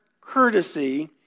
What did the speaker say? courtesy